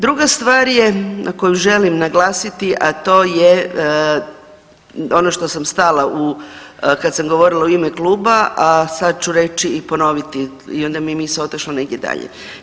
Druga stvar je na koju želim naglasiti, a to je ono što sam stala kad sam govorila u ime kluba, a sad ću reći i ponoviti i onda mi je misao otišla negdje dalje.